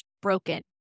broken